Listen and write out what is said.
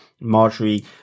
Marjorie